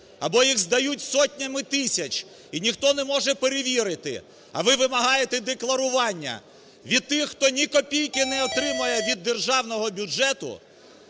або їх здають сотнями тисяч, і ніхто не може перевірити, а ви вимагаєте декларування від тих, хто ні копійки не отримає від державного бюджету.